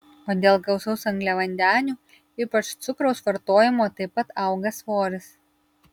o dėl gausaus angliavandenių ypač cukraus vartojimo taip pat auga svoris